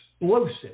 explosive